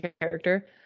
character